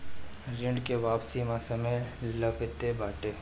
ऋण के वापसी में समय लगते बाटे